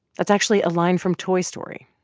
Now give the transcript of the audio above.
that's actually a line from toy story,